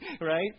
right